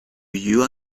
you